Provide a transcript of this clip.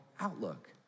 outlook